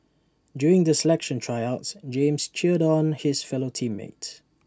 during the selection Tryouts James cheered on his fellow team mates